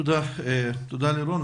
תודה, לירון.